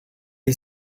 est